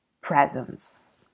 presence